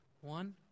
One